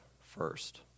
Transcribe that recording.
first